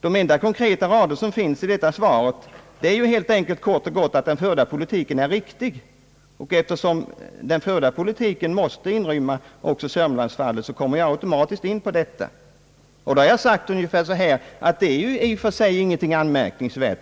De enda konkreta rader som finns i svaret anger kort och gott att den förda politiken är riktig, och eftersom den förda politiken måste inrymma även Sörmlands-fallet, kommer jag automatiskt in på det. Där har jag sagt ungefär så här, att denna anläggning inte är något anmärkningsvärt.